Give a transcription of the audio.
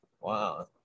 Wow